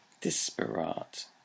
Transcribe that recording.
disparate